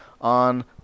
on